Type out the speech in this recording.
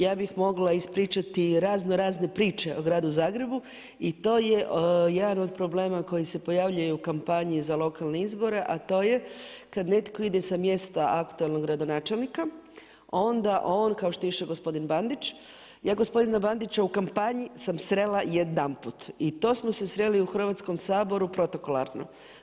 Ja bih mogla ispričati i razno razne priče o gradu Zagrebu i to je jedan od problem koji se pojavljuje i u kampanji za lokalne izbore, a to je kad netko ide sa mjesta aktualnog gradonačelnika onda on kao što je išao gospodin Bandić, ja gospodina Bandića u kampanji sam srela jedanput i to smo se sreli u Hrvatskom saboru protokolarno.